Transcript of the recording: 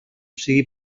sigui